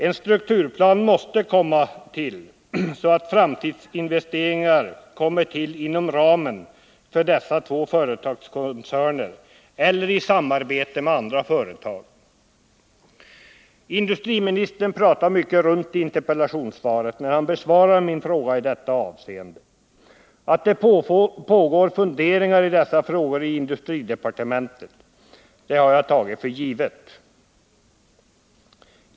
En strukturplan måste komma till så att framtida investeringar kommer att ske inom ramen för dessa två företagskoncerner eller i samarbete med andra företag. Industriministern pratar i mycket bara runt i sitt interpellationssvar när han besvarar min fråga i detta avseende. Att det pågår funderingar i dessa frågor i industridepartementet har jag tagit för givet.